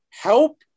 help